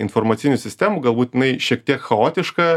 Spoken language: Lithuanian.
informacinių sistemų galbūt jinai šiek tiek chaotiška